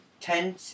ten